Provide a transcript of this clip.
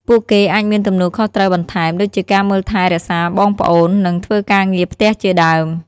ពួកគេអាចមានទំនួលខុសត្រូវបន្ថែម ដូចជាការមើលថែរក្សាបងប្អូន និងធ្វើការងារផ្ទះជាដើម។